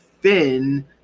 Finn